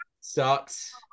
sucks